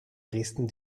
dresden